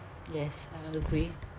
yes I will agree